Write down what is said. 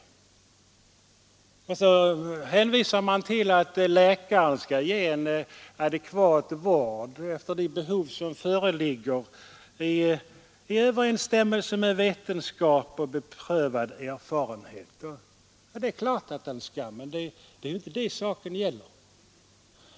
Utskottsmajoriteten anför vidare att läkaren skall ge en adekvat vård efter de behov som föreligger och ”i överenstämmelse med vetenskap och beprövad erfarenhet”. Ja, det är klart att han skall, men det är inte det saken gäller.